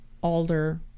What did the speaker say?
Alder